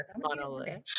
Monolith